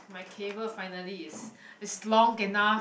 my cable finally is is long enough